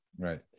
Right